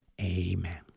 Amen